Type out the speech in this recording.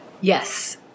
Yes